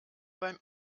beim